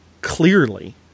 clearly